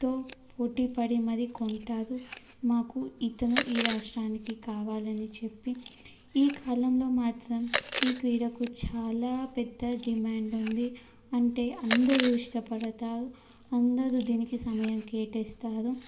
తో పోటీ పడి మరి కొంటారు మాకు ఇతను ఈ రాష్ట్రానికి కావాలని చెప్పి ఈ కాలంలో మాత్రం ఈ క్రీడకు చాలా పెద్ద డిమాండ్ ఉంది అంటే అందరు ఇష్టపడతారు అందరు దీనికి సమయం కేటాయిస్తారు